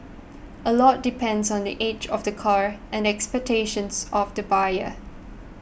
a lot depends on the age of the car and the expectations of the buyer